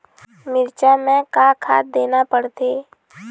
मिरचा मे का खाद देना पड़थे?